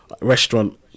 restaurant